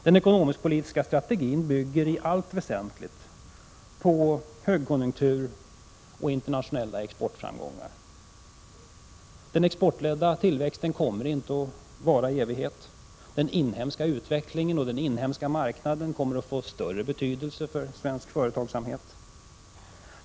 Den ekonomisk-politiska strategin bygger i allt väsentligt på högkonjunktur och internationella exportframgångar. Den exportledda tillväxten kommer inte att vara i evighet. Den inhemska utvecklingen och den inhemska marknaden kommer att få större betydelse för svensk företagsamhet.